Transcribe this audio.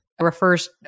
refers